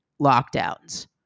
lockdowns